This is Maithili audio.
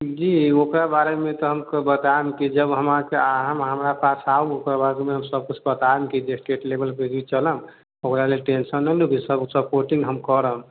जी ओकरा बारेमे तऽ हम बतायब कि जब हम अहाँके अहाँ हमरा पास आउ ओकराबादमे हम सबकिछु बतायब कि स्टेट लेवल पर लयके चलब ओकरालेल टेंशन न लु सब सपोर्टिंग हम करब